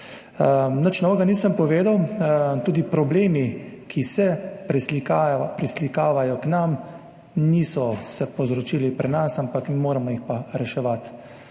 Nič novega nisem povedal. Tudi problemi, ki se preslikavajo k nam, se niso povzročili pri nas, ampak moramo pa jih reševati.